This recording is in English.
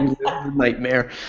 nightmare